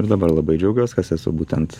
ir dabar labai džiaugiuos kas esu būtent